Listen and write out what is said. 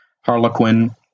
Harlequin